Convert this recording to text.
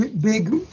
big